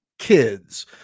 kids